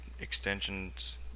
extensions